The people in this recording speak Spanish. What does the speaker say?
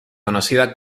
conocida